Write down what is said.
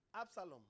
Absalom